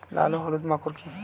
লাল ও হলুদ মাকর কী?